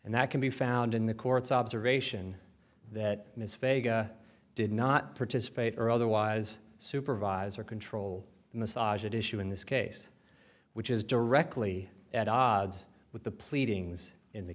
and that can be found in the court's observation that ms vega did not participate or otherwise supervisor control the massage at issue in this case which is directly at odds with the